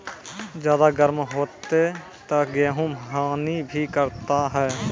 ज्यादा गर्म होते ता गेहूँ हनी भी करता है?